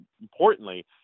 importantly